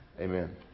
Amen